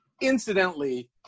Incidentally